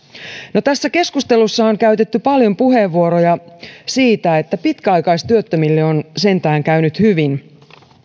no tässä keskustelussa on käytetty paljon puheenvuoroja siitä että pitkäaikaistyöttömille on sentään käynyt hyvin